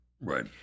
right